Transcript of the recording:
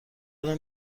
دارم